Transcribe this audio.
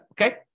Okay